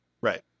Right